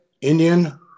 Indian